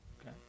Okay